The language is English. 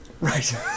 Right